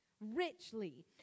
richly